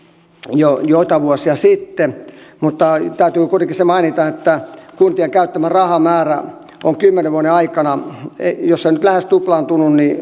jo joitain vuosia sitten mutta täytyy kuitenkin se mainita että kuntien käyttämä rahamäärä on kymmenen vuoden aikana jos ei nyt lähes tuplaantunut niin